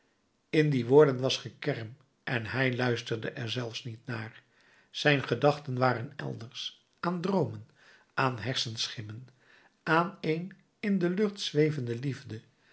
in die woorden was gekerm en hij luisterde er zelfs niet naar zijn gedachten waren elders aan droomen aan hersenschimmen aan een in de lucht zwevende liefde